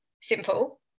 simple